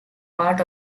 part